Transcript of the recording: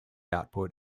output